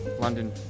London